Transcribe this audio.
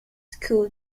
school